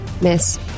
Miss